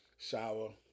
Shower